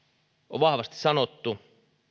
on vahvasti sanottu